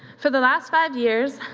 for the last five years,